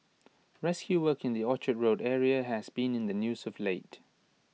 rescue work in the Orchard road area has been in the news of late